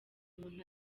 muntu